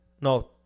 No